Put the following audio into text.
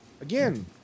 again